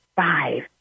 Five